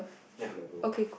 A level